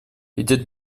идет